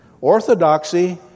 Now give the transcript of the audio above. Orthodoxy